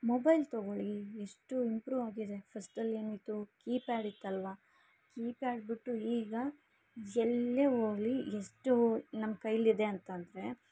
mobile ತಗೊಳ್ಳಿ ಎಷ್ಟು improve ಆಗಿದೆ ಫಸ್ಟಲ್ಲಿ ಏನಿತ್ತು ಕೀ ಪ್ಯಾಡ್ ಇತ್ತಲ್ವ ಕೀಪ್ಯಾಡ್ ಬಿಟ್ಟು ಈಗ ಎಲ್ಲೇ ಹೋಗ್ಲಿ ಎಷ್ಟೋ ನಮ್ಮ ಕೈಲಿದೆ ಅಂತಂದರೆ